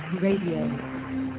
Radio